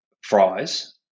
fries